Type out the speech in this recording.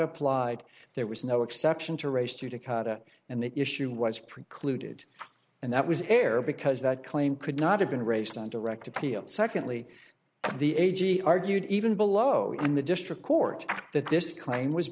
applied there was no exception to race to dakota and the issue was precluded and that was air because that claim could not have been raised on direct appeal secondly the a g argued even below and the district court that this claim was